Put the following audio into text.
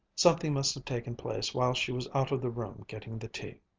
something must have taken place while she was out of the room getting the tea.